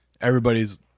Everybody's